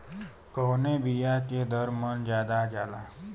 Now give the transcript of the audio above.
कवने बिया के दर मन ज्यादा जाला?